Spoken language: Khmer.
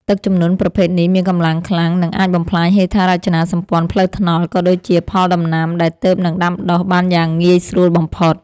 ទឹកជំនន់ប្រភេទនេះមានកម្លាំងខ្លាំង និងអាចបំផ្លាញហេដ្ឋារចនាសម្ព័ន្ធផ្លូវថ្នល់ ក៏ដូចជាផលដំណាំដែលទើបនឹងដាំដុះបានយ៉ាងងាយស្រួលបំផុត។